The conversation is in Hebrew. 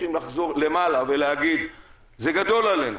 צריכים לחזור למעלה ולהגיד: זה גדול עלינו,